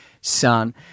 son